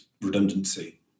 redundancy